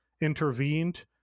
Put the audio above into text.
intervened